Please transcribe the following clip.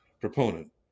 proponent